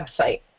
website